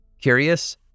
Curious